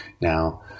now